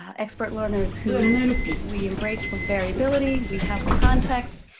ah expert learners who we embrace the variability, we have the context,